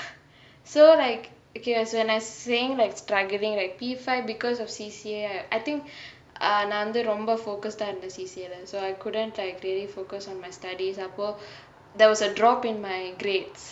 so like okay as I was saying like struggling right P five because of C_C_A I think நா வந்து ரொம்ப:naa vanthu romba focused டா இருந்தே:ta irunthae C_C_A லே:lae so I couldn't like really focus on my studies அப்போ:appo there was a drop in my grades